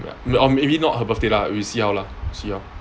ya or maybe not her birthday lah we see how lah see how